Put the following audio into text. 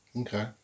Okay